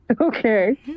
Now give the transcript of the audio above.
okay